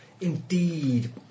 Indeed